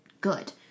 good